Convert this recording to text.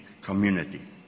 community